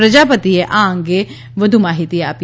પ્રજાપતિએ આ અંગે વધુ માહિતી આપી